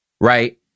right